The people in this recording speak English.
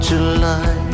July